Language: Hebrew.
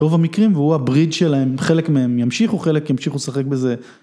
‫ברוב המקרים, והוא הבריד שלהם, ‫חלק מהם ימשיכו, ‫חלק ימשיכו לשחק בזה.